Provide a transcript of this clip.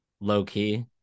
low-key